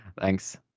Thanks